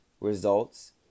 results